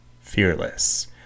fearless